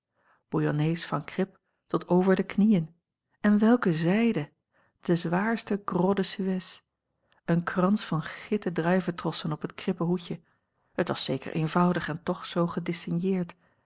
bouillonnés van krip tot over de knieën en welke zijde de zwaarste gros de suez een krans van gitten druiventrossen op het krippen hoedje het was zeker eenvoudig en toch zoo